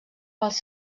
pels